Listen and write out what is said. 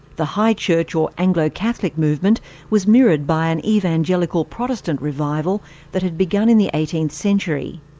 the high church or anglo catholic movement was mirrored by an evangelical protestant revival that had begun in the eighteenth century.